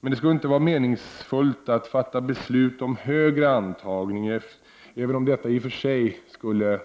Det skulle inte vara meningsfullt att fatta beslut om högre antagning, även om detta i och för sig skulle